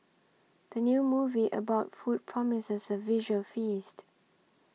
the new movie about food promises a visual feast